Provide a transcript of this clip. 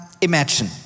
Imagine